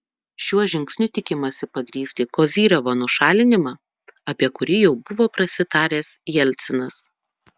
šiuo žingsniu tikimasi pagrįsti kozyrevo nušalinimą apie kurį jau buvo prasitaręs jelcinas